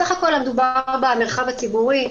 בסך הכול מדובר במרחב הציבורי,